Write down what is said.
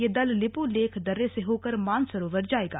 ये दल लिपुलेख दर्रे से होकर मानसरोवर जाएगा